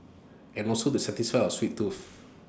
and also to satisfy our sweet tooth